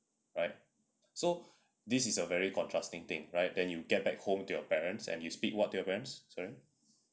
right so this is a very contrasting thing right then you get back home to your parents and you speak what your parents sorry